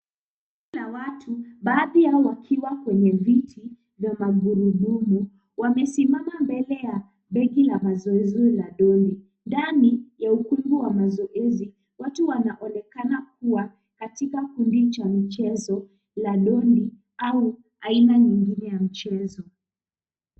Tunaona watu, baadhi yao wakiwa kwenye viti ya magurudumu. Wamesimama mbele ya begi la mazoezi la ndondi. Ndani ya ukumbi wa mazoezi watu wanaonekana kuwa katika kundu cha mchezo ya ndondi au aina nyinginezo ya mchezo.